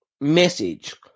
message